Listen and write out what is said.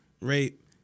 rape